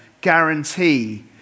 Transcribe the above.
guarantee